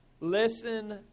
listen